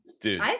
Dude